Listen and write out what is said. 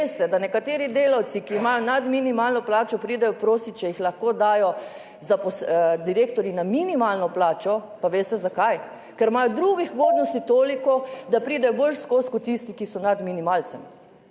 veste, da nekateri delavci, ki imajo nad minimalno plačo, pridejo prosit, če jih lahko dajo direktorji na minimalno plačo. Pa veste, zakaj? Ker imajo drugih ugodnosti toliko, da pridejo boljše skozi kot tisti, ki so nad minimalcem.